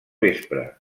vespre